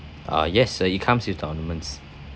uh yes uh it comes with the ornaments